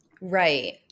Right